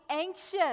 anxious